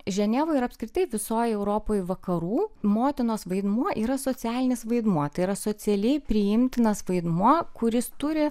ženevoj ir apskritai visoj europoj vakarų motinos vaidmuo yra socialinis vaidmuo tai yra socialiai priimtinas vaidmuo kuris turi